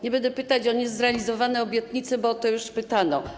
Nie będę pytać o niezrealizowane obietnice, bo o to już pytano.